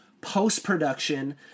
post-production